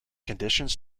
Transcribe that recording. conditions